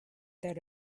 that